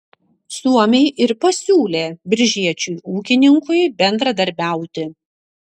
suomiai ir pasiūlė biržiečiui ūkininkui bendradarbiauti